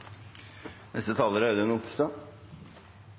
Neste taler er